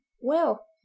Well